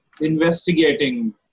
investigating